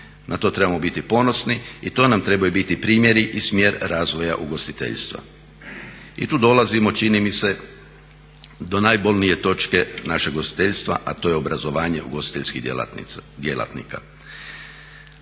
Na to trebamo biti ponosni i to nam trebaju biti primjeri i smjer razvoja ugostiteljstva. I tu dolazimo čini mi se do najbolnije točke našeg ugostiteljstva a to je obrazovanje ugostiteljskih djelatnika